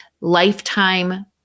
lifetime